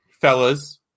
fellas